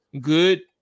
good